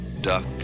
duck